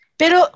pero